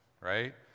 right